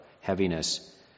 heaviness